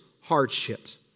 hardships